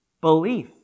belief